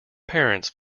parents